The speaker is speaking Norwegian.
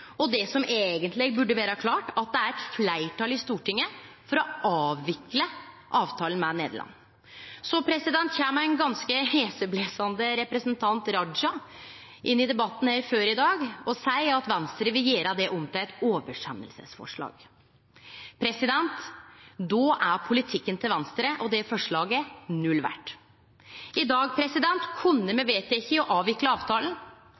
og det som eigentleg burde vere klart, at det er eit fleirtal på Stortinget for å avvikle avtala med Nederland. Så kjem ein ganske heseblesande representant Raja inn i debatten her før i dag og seier at Venstre vil gjere det om til eit oversendingsforslag. Då er politikken til Venstre, og det forslaget, null verdt. I dag kunne me ha vedteke å avvikle